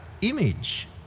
image